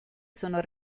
sono